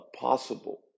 possible